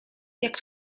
jak